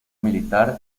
militar